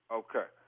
okay